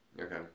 Okay